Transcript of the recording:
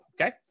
okay